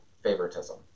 favoritism